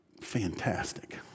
fantastic